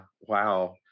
wow